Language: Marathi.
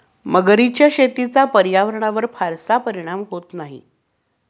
मगरीच्या शेतीचा पर्यावरणावर फारसा परिणाम होत नाही